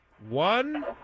One